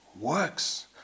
works